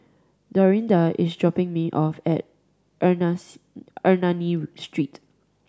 Dorinda is dropping me off at Ernani Street